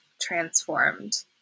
transformed